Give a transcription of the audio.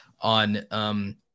on